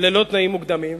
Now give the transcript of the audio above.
ללא תנאים מוקדמים.